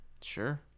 Sure